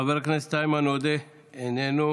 חבר הכנסת איימן עודה, איננו,